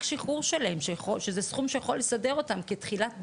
שחרור שלהם שזה סכום שיכול לסדר אותם כתחילת דרך,